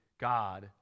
God